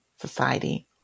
society